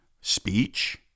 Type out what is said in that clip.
speech